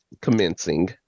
commencing